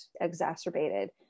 exacerbated